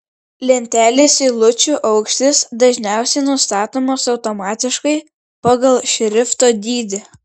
lentelės eilučių aukštis dažniausiai nustatomas automatiškai pagal šrifto dydį